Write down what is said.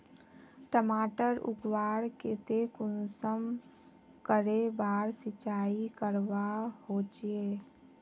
टमाटर उगवार केते कुंसम करे बार सिंचाई करवा होचए?